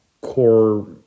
core